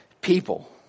people